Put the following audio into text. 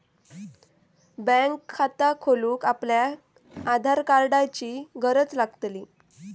bank खाता खोलूक आपल्याक आधार कार्डाची गरज लागतली